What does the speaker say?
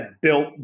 built